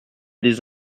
des